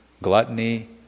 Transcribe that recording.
gluttony